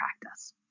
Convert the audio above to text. practice